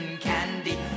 candy